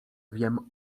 wiem